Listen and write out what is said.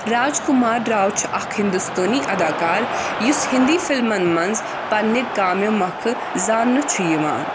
راجکمار راؤ چھُ اکھ ہندوستٲنی اداکار یُس ہِنٛدی فِلمَن منٛز پنِنہِ کامہِ مۄکھٕ زاننہٕ چھُ یِوان